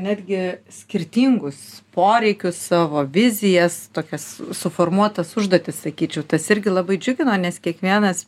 netgi skirtingus poreikius savo vizijas tokias suformuotas užduotis sakyčiau tas irgi labai džiugino nes kiekvienas